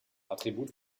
attribut